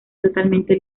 totalmente